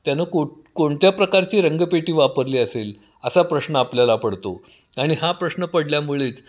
त्यानं को कोणत्या प्रकारची रंगपेटी वापरली असेल असा प्रश्न आपल्याला पडतो आणि हा प्रश्न पडल्यामुळेच